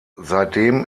seitdem